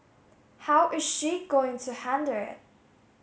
how is she going to handle it